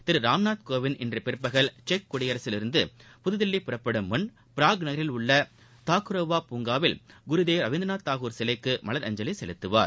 திருராம்நாத் கோவிந்த் இன்றுபிற்பகல் செக் குடியரசில் இருந்து புதுதில்லி புறப்படும் முன் பிராக் நகரில் உள்ளதாக்குரோவா பூங்காவில் குருதேவ் ரவீந்திரநாத் தாகூர் சிலைக்குமலரஞ்சலிசெலுத்துவார்